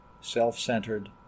self-centered